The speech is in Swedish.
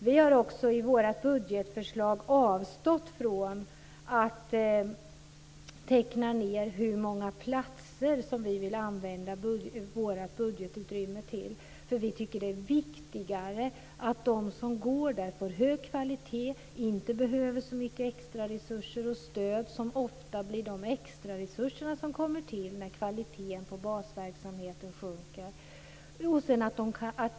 Vi har också i vårt budgetförslag avstått från att teckna ned hur många platser som vi vill använda vårt budgetutrymme till, för vi tycker att det är viktigare att de som går på högskolan får undervisning av hög kvalitet så att de inte behöver så mycket extraresurser och stöd. Det blir ofta extraresurser som kommer till när kvaliteten på basverksamheten sjunker.